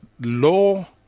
law